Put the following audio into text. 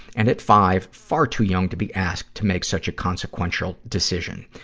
and at five, far too young to be asked to make such a consequential decision.